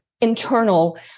internal